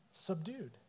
subdued